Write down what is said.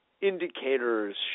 indicators